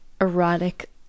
erotic